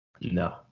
No